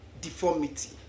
deformity